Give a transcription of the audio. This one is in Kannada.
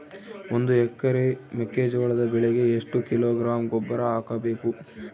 ಒಂದು ಎಕರೆ ಮೆಕ್ಕೆಜೋಳದ ಬೆಳೆಗೆ ಎಷ್ಟು ಕಿಲೋಗ್ರಾಂ ಗೊಬ್ಬರ ಹಾಕಬೇಕು?